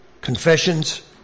confessions